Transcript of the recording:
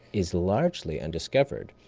is largely undiscovered.